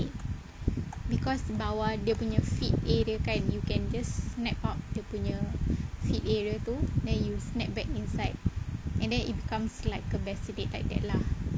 because bawah dia punya feet area kan you can just snap out dia punya feet area tu then you snap back inside and then it becomes like a bassinet like that lah